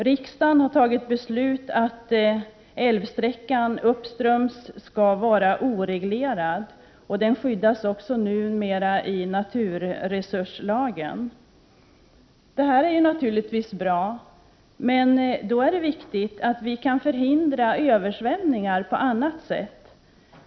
Riksdagen har fattat beslut om att älvsträckan uppströms skall vara oreglerad. Den skyddas numera även i naturresurslagen. Det är naturligtvis bra, men det är också viktigt att vi kan förhindra översvämningar på annat sätt.